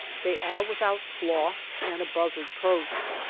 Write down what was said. they are without flaw and above reproach.